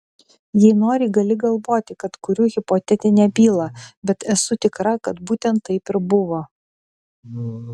jei nori gali galvoti kad kuriu hipotetinę bylą bet esu tikra kad būtent taip ir buvo